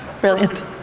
Brilliant